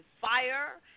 fire